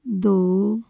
ਦੋ